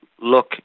look